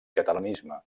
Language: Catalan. catalanisme